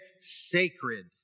sacred